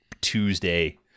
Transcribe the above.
Tuesday